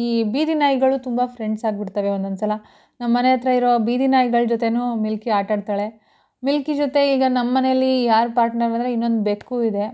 ಈ ಬೀದಿ ನಾಯಿಗಳು ತುಂಬ ಫ್ರೆಂಡ್ಸಾಗಿಬಿಡ್ತವೆ ಒಂದೊಂದು ಸಲ ನಮ್ಮ ಮನೆ ಹತ್ರ ಇರೋ ಬೀದಿ ನಾಯಿಗಳು ಜೊತೆಯೂ ಮಿಲ್ಕಿ ಆಟಾಡ್ತಾಳೆ ಮಿಲ್ಕಿ ಜೊತೆ ಈಗ ನಮ್ಮ ಮನೆಯಲ್ಲಿ ಯಾರು ಪಾರ್ಟ್ನರಂದರೆ ಇನ್ನೊಂದು ಬೆಕ್ಕು ಇದೆ